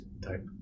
type